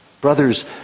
Brothers